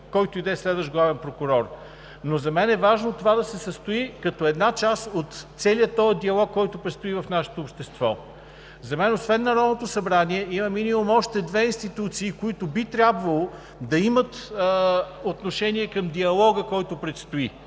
който и да е следващ главен прокурор. За мен е важно това да се състои като една част от целия този диалог, който предстои в нашето общество. За мен, освен Народното събрание, има минимум още две институции, които би трябвало да имат отношение към диалога, който предстои,